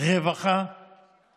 רווחה